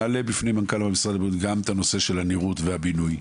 אנחנו נעלה בפני מנכ"ל משרד הבריאות גם את הנושא של הנראות והבינוי,